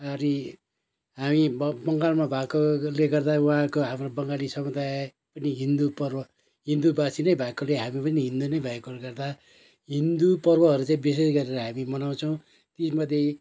आरी हामी बङ्गालमा भएकोले गर्दा उहाँको हाम्रो बङ्गाली समुदाय पनि हिन्दू पर्व हिन्दूवासी नै भएकोले हामी पनि हिन्दू नै भएकोले गर्दा हिन्दू पर्वहरू चाहिँ बिशेष गरेर हामी मनाउँछौँ तीमध्ये